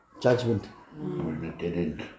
judgment